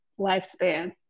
lifespan